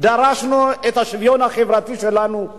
דרשנו את השוויון החברתי שלנו.